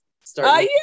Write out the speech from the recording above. start